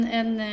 en